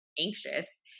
anxious